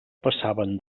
passaven